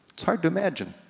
it's hard to imagine.